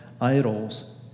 idols